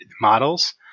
models